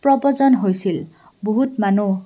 প্ৰব্ৰজন হৈছিল বহুত মানুহ